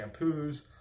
shampoos